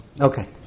Okay